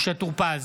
משה טור פז,